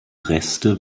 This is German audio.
reste